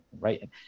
Right